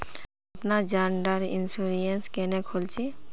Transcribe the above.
अपना जान डार इंश्योरेंस क्नेहे खोल छी?